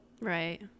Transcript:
Right